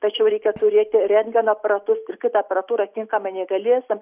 tačiau reikia turėti rentgeno aparatus ir kitą aparatūrą tinkamą neįgaliesiem